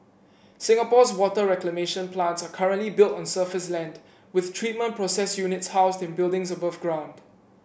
Singapore's water reclamation plants are currently built on surface land with treatment process units housed in buildings above ground